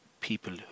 people